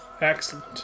excellent